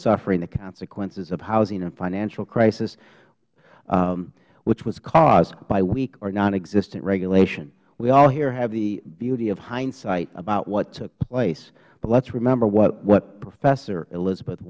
suffering the consequences of the housing and financial crisis which was caused by weak or nonexistent regulation we all here have the beauty of hindsight about what took place but let's remember what professor elizabeth